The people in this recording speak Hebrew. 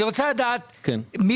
האם